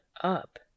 up